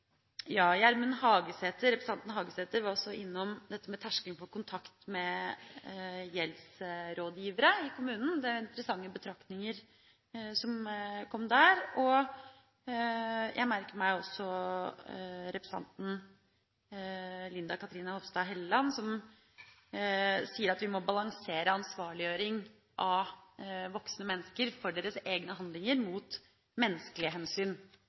Representanten Hagesæter var også innom terskelen for kontakt med gjeldsrådgivere i kommunen. Det er interessante betraktninger som kom der. Jeg merker meg også at representanten Linda Cathrine Hofstad Helleland sier at vi må balansere ansvarliggjøring av voksne mennesker for deres egne handlinger mot menneskelige hensyn.